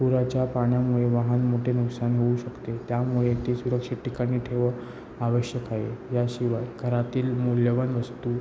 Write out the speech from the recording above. पुराच्या पाण्यामुळे वाहन मोठे नुकसान होऊ शकते त्यामुळे ते सुरक्षित ठिकाणी ठेवं आवश्यक आहे याशिवाय घरातील मौल्यवान वस्तू